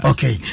Okay